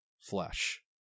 flesh